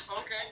Okay